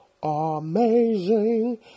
amazing